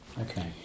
okay